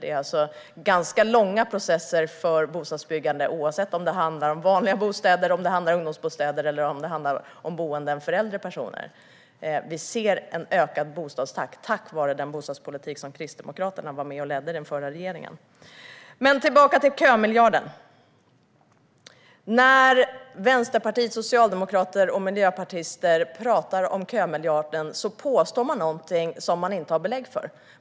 Det är alltså ganska långa processer för bostadsbyggande, oavsett om det handlar om vanliga bostäder, ungdomsbostäder eller boende för äldre personer. Vi ser en ökad bostadstakt tack vare den bostadspolitik som Kristdemokraterna var med och ledde i den förra regeringen. Tillbaka till kömiljarden. Vänsterpartister, socialdemokrater och miljöpartister som pratar om kömiljarden påstår någonting som man inte har belägg för.